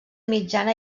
mitjana